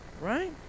right